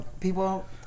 people